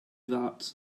that